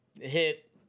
hit